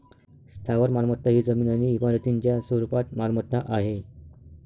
स्थावर मालमत्ता ही जमीन आणि इमारतींच्या स्वरूपात मालमत्ता आहे